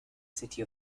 city